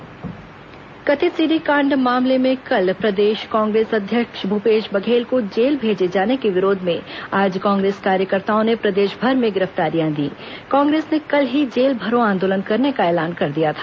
Congress jail भरो आंदोलन कथित सीडी कांड मामले में कल प्रदेश कांग्रेस अध्यक्ष भूपेश बघेल को जेल भेजे जाने के विरोध में आज कांग्रेस कार्यकर्ताओं ने प्रदेशभर में गिरफ्तारियां दीं कांग्रेस ने कल ही जेल भरो आंदोलन करने का ऐलान कर दिया था